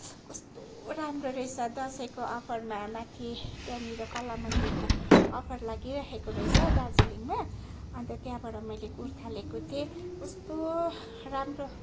कस्तो राम्रो रहेछ दसैँको अफरमा माथि त्यहाँनिर कला मन्दिरमा अफर लागिरहेको रहेछ दार्जिलिङमा अन्त त्यहाँबाट मैले कुर्ता लिएको थिएँ कस्तो राम्रो